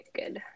good